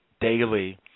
daily